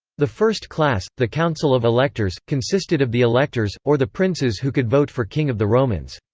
the first class, the council of electors, consisted of the electors, or the princes who could vote for king of the romans.